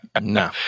no